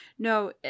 No